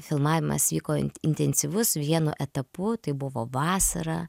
filmavimas vyko intensyvus vienu etapu tai buvo vasara